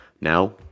Now